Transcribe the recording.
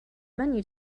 menu